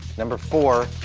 number four.